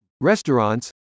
restaurants